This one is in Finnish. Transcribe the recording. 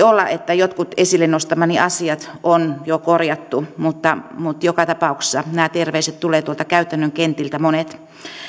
olla että jotkut esille nostamani asiat on jo korjattu mutta mutta joka tapauksessa monet näistä terveisistä tulevat tuolta käytännön kentiltä